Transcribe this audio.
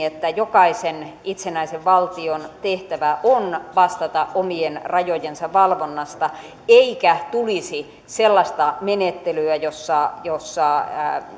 että jokaisen itsenäisen valtion tehtävä on vastata omien rajojensa valvonnasta eikä tulisi sellaista menettelyä jossa jossa